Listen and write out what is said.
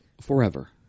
Forever